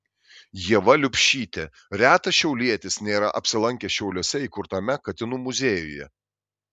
ieva liubšytė retas šiaulietis nėra apsilankęs šiauliuose įkurtame katinų muziejuje